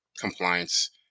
compliance